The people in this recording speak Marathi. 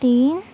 तीन